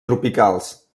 tropicals